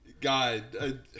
God